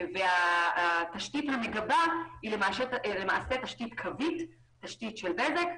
התשתית המגבה היא תשתית קווית של בזק.